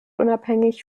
unabhängig